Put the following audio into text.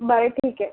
बरं ठीक आहे